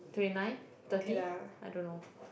twenty nine thirty I don't know